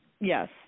Yes